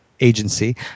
agency